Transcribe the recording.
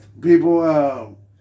people